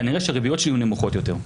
כנראה שהריביות שלי יהיו נמוכות יותר.